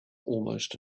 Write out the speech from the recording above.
almost